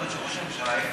את אומרת שראש הממשלה אפס?